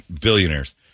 billionaires